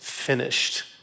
finished